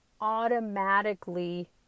automatically